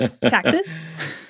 Taxes